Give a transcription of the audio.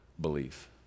belief